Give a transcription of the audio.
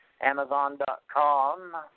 Amazon.com